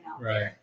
Right